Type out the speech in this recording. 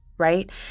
right